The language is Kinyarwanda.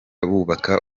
bubaka